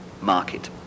market